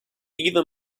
either